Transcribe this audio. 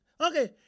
Okay